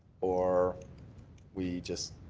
or we just